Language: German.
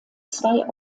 zwei